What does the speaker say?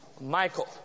Michael